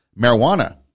Marijuana